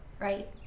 right